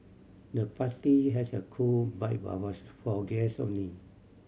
the party had a cool vibe but was for guest only